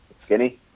skinny